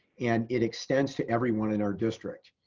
and it extends to everyone in our district.